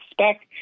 expect